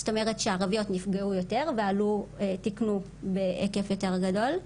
זאת אומרת שהערביות נפגעו יותר ותקנו בהיקף יותר גדול.